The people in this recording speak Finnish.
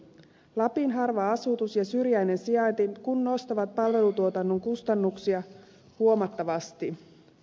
lapin harva asutus ja syrjäinen sijainti nostavat palvelutuotannon kustannuksia huomattavasti